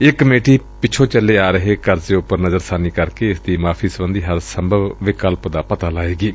ਇਹ ਕਮੇਟੀ ਪਿੱਛੋਂ ਚੱਲੇ ਆ ਰਹੇ ਇਸ ਕਰਜੇ ਉਪਰ ਨਜ਼ਰਸਾਨੀ ਕਰਕੇ ਇਸ ਦੀ ਮਾਫੀ ਸਬੰਧੀ ਹਰ ਸੰਭਵ ਵਿਕਲਪ ਦਾ ਪਤਾ ਲਾਏਗੀ